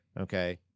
okay